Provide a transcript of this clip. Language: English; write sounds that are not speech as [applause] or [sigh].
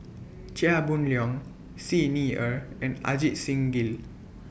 [noise] Chia Boon Leong Xi Ni Er and Ajit Singh Gill